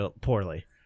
poorly